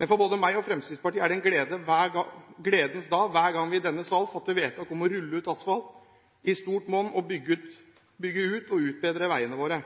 Men for både meg og Fremskrittspartiet er det en gledens dag hver gang vi i denne sal fatter vedtak om å rulle ut asfalt i stort monn og bygge ut og utbedre veiene våre.